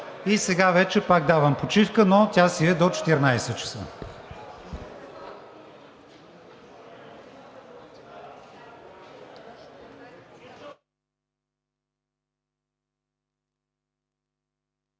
Сега вече пак давам почивка, но тя си е до 14,00 ч.